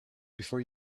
before